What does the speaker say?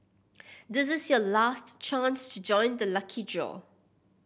this is your last chance to join the lucky draw